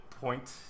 point